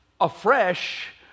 afresh